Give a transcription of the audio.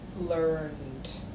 learned